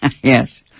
Yes